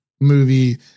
movie